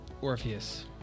Orpheus